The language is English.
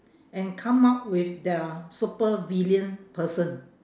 and come up with their supervillain person